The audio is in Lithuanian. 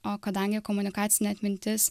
o kadangi komunikacinė atmintis